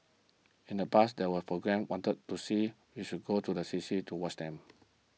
in the past there were programmes wanted to see we should go to the C C to watch them